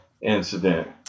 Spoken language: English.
incident